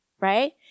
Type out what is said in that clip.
Right